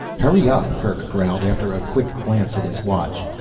hurry up, kerk growled after a quick glance at his watch.